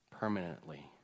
permanently